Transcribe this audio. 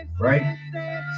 right